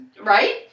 Right